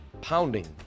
Pounding